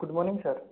good morning sir